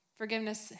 Forgiveness